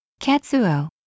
katsuo